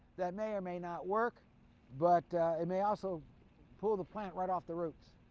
that may or may not work but it may also pull the plant right off the roots.